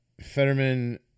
Fetterman